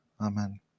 Amen